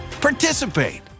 participate